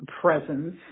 presence